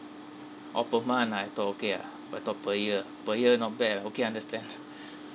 oh per month I thought okay ah I thought per year per year not bad ah okay understand